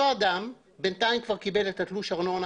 אותו אדם קיבל בינתיים כבר את תלוש הארנונה